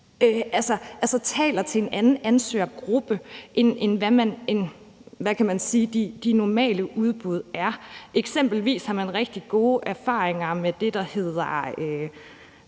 se taler til en anden ansøgergruppe, end de normale udbud gør. Eksempelvis har man rigtig gode erfaringer med det, der hedder,